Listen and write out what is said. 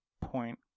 point